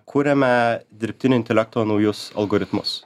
kuriame dirbtinio intelekto naujus algoritmus